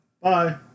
Bye